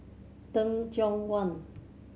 Teh Cheang Wan